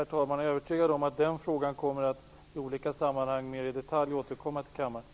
Jag är övertygad om att den här frågan kommer att återkomma till kammaren mera i detalj i olika sammanhang.